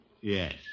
Yes